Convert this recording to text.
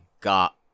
got